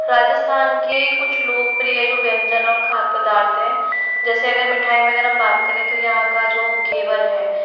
राजस्थान के कुछ लोकप्रिय जो व्यंजन और खाद्य पदार्थ हैं जैसे अगर मिठाई में अगर हम बात करें तो यहाँ का जो घेवर है